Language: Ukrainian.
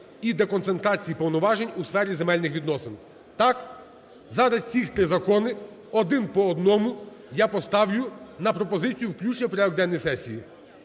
і деконцентрації повноважень у сфері земельних відносин. Так? Зараз цих три закони один по одному я поставлю на пропозицію включення у порядок денний сесії.